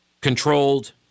controlled